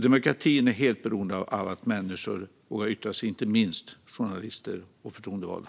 Demokratin är helt beroende av att människor vågar yttra sig. Det gäller inte minst journalister och förtroendevalda.